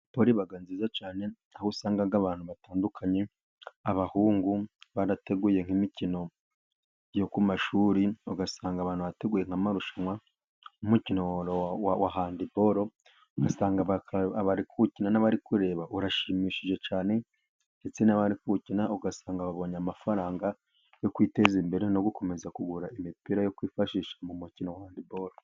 Handibilo iba nziza cyane, aho usanga abantu batandukanye ,abahungu barateguye nk'imikino yo ku mashuri ,ugasanga abantu bateguye nk'amarushanwa . Umukino wa handibolo ugasanga bari kuwukina n'abari kureba urashimishije cyan,e ndetse n'abari kuwukina ugasanga babonye amafaranga yo kwiteza imbere, no gukomeza kugura imipira yo kwifashisha mu mukino wa handibolo.